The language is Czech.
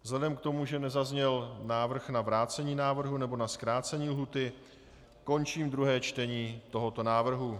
Vzhledem k tomu, že nezazněl návrh na vrácení návrhu nebo na zkrácení lhůty, končím druhé čtení tohoto návrhu.